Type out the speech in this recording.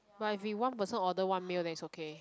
but if we one person order one meal then is okay